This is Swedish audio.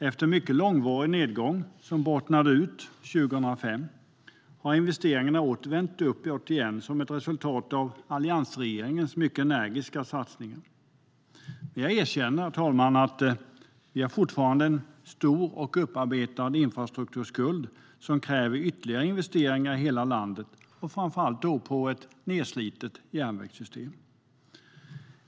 Efter en mycket långvarig nedgång, som bottnade 2005, har investeringarna vänt uppåt igen som ett resultat av alliansregeringens energiska satsningar. Jag erkänner, herr talman, att vi fortfarande har en stor upparbetad infrastrukturskuld som kräver ytterligare investeringar i hela landet, framför allt i ett nedslitet järnvägssystem.